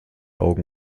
augen